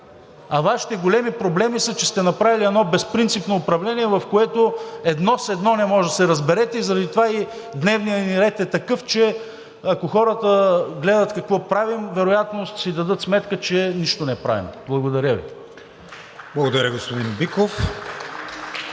Вашите големи проблеми са, че сте направили едно безпринципно управление, в което едно с едно не можете да се разберете, и заради това и дневният ни ред е такъв, че ако хората гледат какво правим, вероятно ще си дадат сметка, че нищо не правим. Благодаря Ви. (Ръкопляскания от